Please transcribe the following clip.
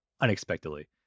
unexpectedly